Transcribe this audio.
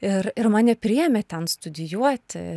ir ir mane priėmė ten studijuoti